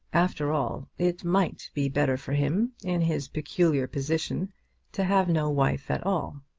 after all it might be better for him in his peculiar position to have no wife at all.